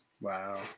Wow